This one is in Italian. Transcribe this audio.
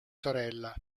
sorella